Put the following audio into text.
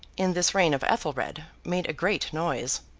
in this reign of ethelred, made a great noise.